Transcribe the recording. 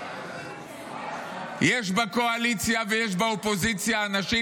יש בקואליציה ויש באופוזיציה אנשים